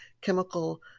chemical